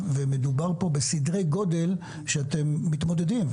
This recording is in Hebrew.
אלא מדובר כאן בסדרי גודל שאתם מתמודדים איתם.